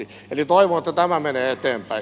eli toivon että tämä menee eteenpäin